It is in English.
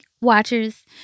watchers